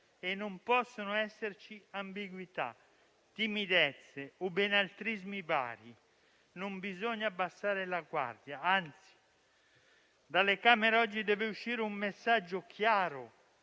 non possono esserci ambiguità, timidezze o benaltrismi vari e non bisogna abbassare la guardia; anzi, dalle Camere oggi deve uscire un messaggio chiaro